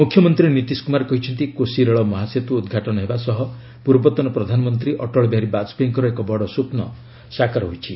ମୁଖ୍ୟମନ୍ତ୍ରୀ ନୀତିଶ୍ କୁମାର କହିଛନ୍ତି କୋଶି ରେଳ ମହାସେତୁ ଉଦ୍ଘାଟନ ହେବା ସହ ପ୍ରର୍ବତନ ପ୍ରଧାନମନ୍ତ୍ରୀ ଅଟଳ ବିହାରୀ ବାଜପେୟୀଙ୍କର ଏକ ବଡ଼ ସ୍ୱପ୍ନ ସାକାର ହୋଇଛି